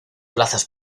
plazas